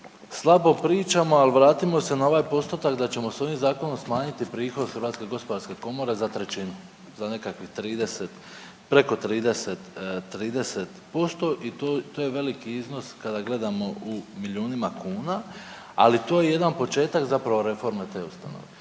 slabo pričamo ali vratimo se na ovaj postotak da ćemo sa ovim zakonom smanjiti prihod Hrvatske gospodarske komore za trećinu, za nekakvih 30, preko 30%. I to je veliki iznos kada gledamo u milijunima kuna, ali to je jedan početak reforme te ustanove.